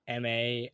ma